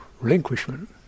relinquishment